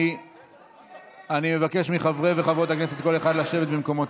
אני מבקש מחברי וחברות הכנסת, כל אחד לשבת במקומו.